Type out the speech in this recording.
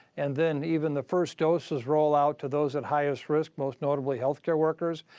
and then even the first doses roll out to those at highest risk, most notably, health care workers,